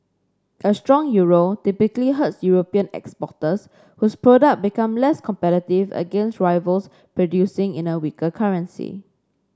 a strong Euro typically hurts European exporters whose products become less competitive against rivals producing in a weaker currency